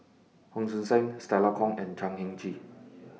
Hon Sui Sen Stella Kon and Chan Heng Chee